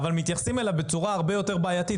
אבל מתייחסים אליו בצורה הרבה יותר בעייתית.